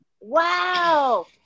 Wow